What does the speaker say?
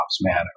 manner